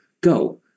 go